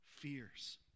fears